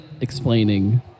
explaining